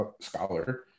scholar